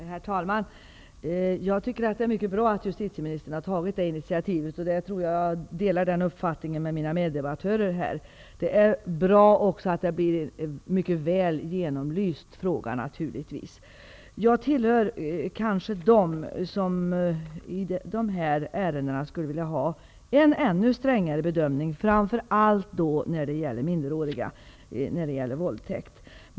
Herr talman! Jag tycker att det är mycket bra att justitieministern har tagit detta initiativ. Jag delar den uppfattningen med mina meddebattörer här. Det är också mycket bra att frågan blir mycket väl genomlyst. Jag tillhör dem som i dessa ärenden skulle vilja ha en ännu strängare bedömning, framför allt när det gäller våldtäkt mot minderåriga.